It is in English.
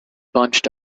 bunched